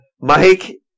Mike